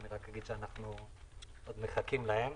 אנחנו עוד מחכים להן.